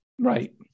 Right